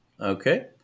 Okay